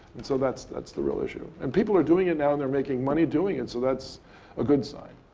and so that's that's the real issue. and people are doing it now and they're making money doing it. so that's a good sign.